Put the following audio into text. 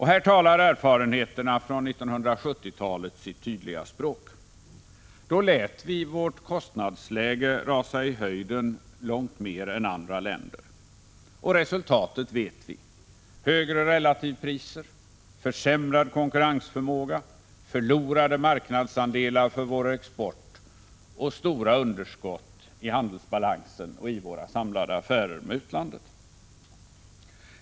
Här talar erfarenheterna från 1970-talet sitt tydliga språk. Då lät vi vårt kostnadsläge rusa i höjden långt mer än andra länder. Och resultatet vet vi: högre relativpriser, försämrad konkurrensförmåga, förlorade marknadsandelar för vår export samt stora underskott i handelsbalansen och i våra samlade affärer med utlandet.